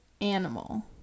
animal